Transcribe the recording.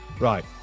Right